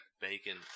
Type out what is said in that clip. bacon